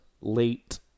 late